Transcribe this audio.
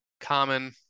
Common